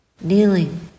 kneeling